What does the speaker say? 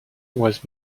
was